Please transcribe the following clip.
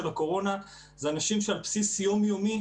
הקורונה אלה אנשים שעל בסיס יומיומי,